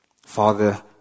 father